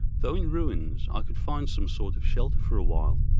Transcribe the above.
though in ruins, i could find some sort of shelter for a while.